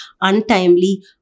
untimely